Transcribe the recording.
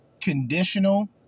Conditional